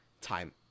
time